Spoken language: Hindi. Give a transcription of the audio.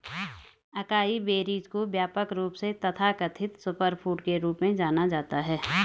अकाई बेरीज को व्यापक रूप से तथाकथित सुपरफूड के रूप में जाना जाता है